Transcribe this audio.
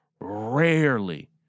rarely